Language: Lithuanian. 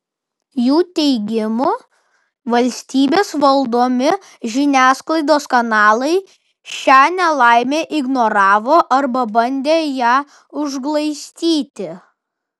jų teigimu valstybės valdomi žiniasklaidos kanalai šią nelaimę ignoravo arba bandė ją užglaistyti